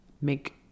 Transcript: make